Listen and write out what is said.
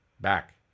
Back